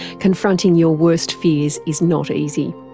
confronting your worst fears is not easy.